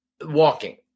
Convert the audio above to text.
walking